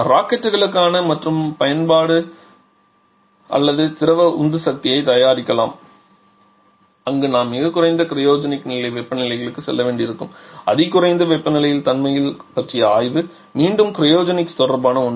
ராக்கெட்டுகளுக்கான மற்றொரு பயன்பாடு அல்லது திரவ உந்துசக்திகளைத் தயாரிக்கலாம் அங்கு நாம் மிகக் குறைந்த கிரையோஜெனிக் நிலை வெப்பநிலைகளுக்குச் செல்ல வேண்டியிருக்கும் அதி குறைந்த வெப்பநிலையில் தன்மையை பற்றிய ஆய்வு மீண்டும் கிரையோஜெனிக்ஸ் தொடர்பான ஒன்று